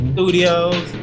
Studios